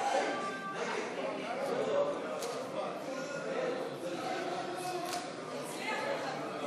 ההצעה להעביר את הנושא לוועדת הכנסת לא נתקבלה.